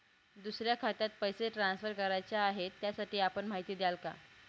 दुसऱ्या खात्यात पैसे ट्रान्सफर करायचे आहेत, त्यासाठी आपण माहिती द्याल का?